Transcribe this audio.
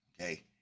Okay